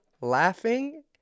laughing